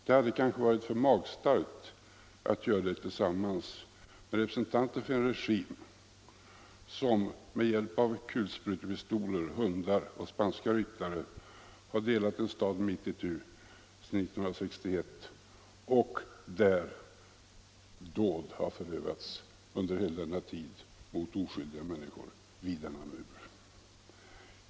Det hade kanske varit för magstarkt att göra det tillsammans med representanten för en regim som 1961 med hjälp av kulsprutepistoler, hundar och spanska ryttare delade en stad mitt itu och där dåd har förövats under hela denna tid mot oskyldiga människor.